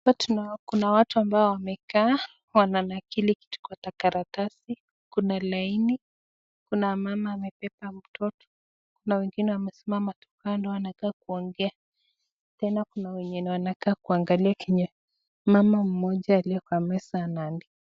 Hapa tunaona kuna watu ambao wamekaa, wananakiri kitu kwa karatasi, kuna laini kuna mama amebeba mtoto na wengine wamesimama tu kando wamekaa kuongea, tena kuna wenye wanakaa kuangalia kenye mama mmoja aliye kwa meza anaandika.